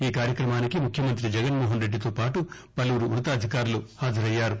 ఈ కార్యక్రమానికి ముఖ్యమంత్రి జగన్మోహన్ రెడ్డితోపాటు పలువురు ఉన్నతాధికారులు హాజరయ్యారు